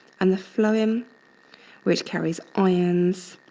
and the phloem um which carries ions